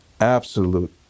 absolute